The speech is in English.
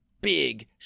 big